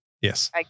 Yes